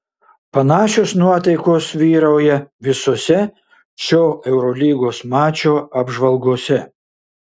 panašios nuotaikos vyrauja visose šio eurolygos mačo apžvalgose